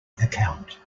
account